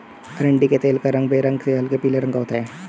अरंडी के तेल का रंग बेरंग से हल्के पीले रंग का होता है